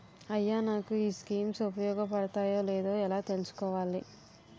అయ్యా నాకు ఈ స్కీమ్స్ ఉపయోగ పడతయో లేదో ఎలా తులుసుకోవాలి?